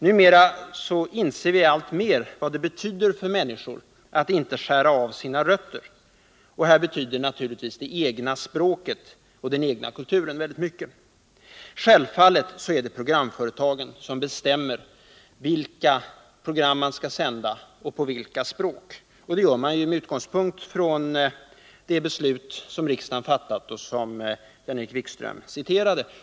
Numera inser vi vad det betyder för människor att inte skära av sina rötter. Och därvidlag betyder naturligtvis det egna språket och den egna kulturen väldigt mycket. Självfallet är det programföretagen som bestämmer vilka program man skall sända och på vilka språk. Och det gör man med utgångspunkt i det beslut som riksdagen fattat och som Jan-Erik Wikström citerade.